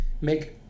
make